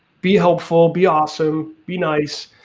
be helpful, be awesome, be nice.